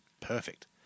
perfect